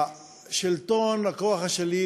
השלטון, הכוח השליט,